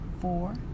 four